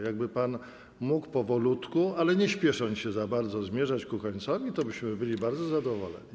Jakby pan mógł powolutku, ale nie spiesząc się za bardzo, zmierzać ku końcowi, to byśmy byli bardzo zadowoleni.